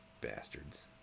bastards